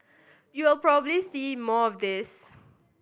you'll probably see more of this